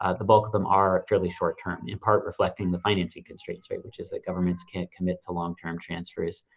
ah the bulk of them are fairly short term in part reflecting the financing constraints, right. which is that governments can't commit to longterm transfers,